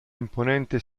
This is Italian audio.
imponente